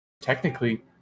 Technically